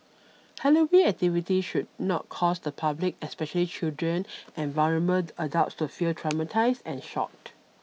Halloween activities should not cause the public especially children and adults to feel traumatised and shocked